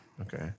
Okay